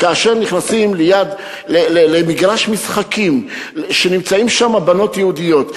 כאשר נכנסים למגרש משחקים שנמצאות שם בנות יהודיות,